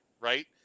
right